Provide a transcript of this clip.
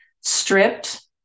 stripped